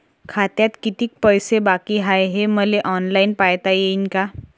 खात्यात कितीक पैसे बाकी हाय हे मले ऑनलाईन पायता येईन का?